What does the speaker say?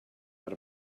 out